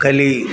ಕಲಿ